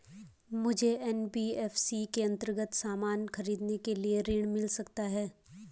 मुझे एन.बी.एफ.सी के अन्तर्गत सामान खरीदने के लिए ऋण मिल सकता है?